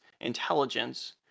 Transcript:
intelligence